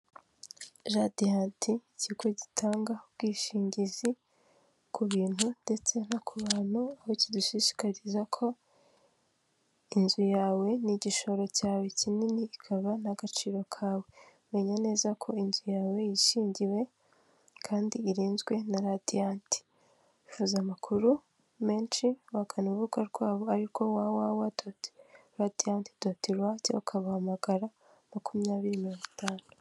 Radiyanti, ikigo gitanga ubwishingizi ku bintu ndetse no ku bantu, aho kidushishikariza ko inzu yawe ni igishoro cyawe kinini, ikaba n'agaciro kawe. Menya neza ko inzu yawe yishingiwe kandi irinzwe na Radiyanti. Wifuza amakuru menshi wagana urubuga rwabo ari rwo www.radiyanti.rw cyangwa ukabahamagara makumyabiri mirongo itanu.